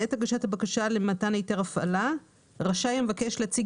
בעת הגשת הבקשה למתן היתר הפעלה רשאי המבקש להציג